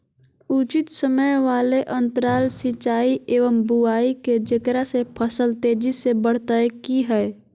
उचित समय वाले अंतराल सिंचाई एवं बुआई के जेकरा से फसल तेजी से बढ़तै कि हेय?